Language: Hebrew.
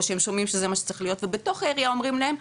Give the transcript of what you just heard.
או שהם שמעו שזה מה שצריך להיות ובתוך העירייה אומרים להם,